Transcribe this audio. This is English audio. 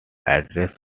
addresses